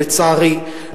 לצערי,